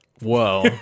whoa